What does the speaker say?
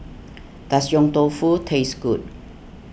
does Yong Tau Foo taste good